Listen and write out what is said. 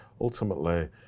ultimately